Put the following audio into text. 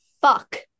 fuck